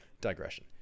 digression